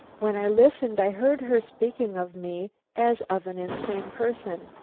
when i listened i heard her speaking of me as of an insane person.